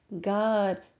God